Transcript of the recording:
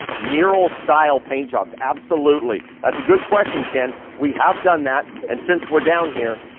mural style paint jobs, absolutely. that's a good question, ken. we have done that. and since we're down here,